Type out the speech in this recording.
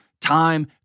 time